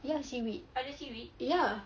ya seaweed ya